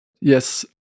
Yes